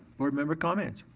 board member comments?